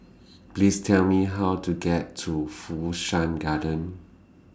Please Tell Me How to get to Fu Shan Garden